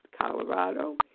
Colorado